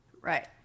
right